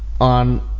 on